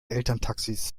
elterntaxis